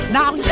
Now